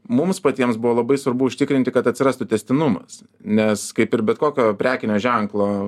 mums patiems buvo labai svarbu užtikrinti kad atsirastų tęstinumas nes kaip ir bet kokio prekinio ženklo